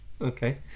Okay